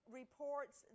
reports